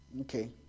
Okay